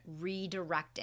redirecting